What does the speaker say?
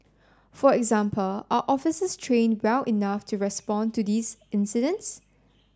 for example are officers trained well enough to respond to these incidents